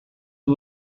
who